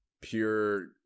pure